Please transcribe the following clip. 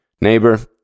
Neighbor